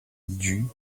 dut